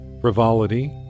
frivolity